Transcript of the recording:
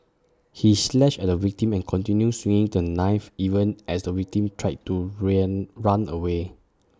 he slashed at the victim and continued swinging the knife even as the victim tried to ran run away